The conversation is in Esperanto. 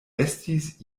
estis